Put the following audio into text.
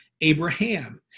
Abraham